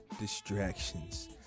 distractions